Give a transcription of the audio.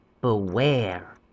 Beware